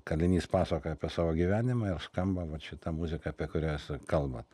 kalinys pasakoja apie savo gyvenimą ir skamba vat šita muzika apie kurią jūs kalbat